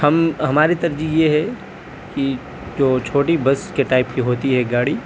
ہم ہماری ترجیح یہ ہے کہ جو چھوٹی بس کے ٹائپ کی ہوتی ہے گاڑی